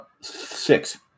six